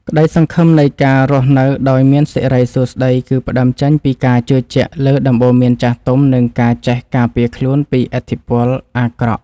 ក្តីសង្ឃឹមនៃការរស់នៅដោយមានសិរីសួស្តី គឺផ្តើមចេញពីការជឿជាក់លើដំបូន្មានចាស់ទុំ និងការចេះការពារខ្លួនពីឥទ្ធិពលអាក្រក់។